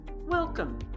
Welcome